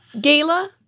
Gala